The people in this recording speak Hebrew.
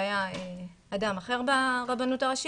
זה היה אדם אחר ברבנות הראשית,